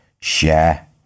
share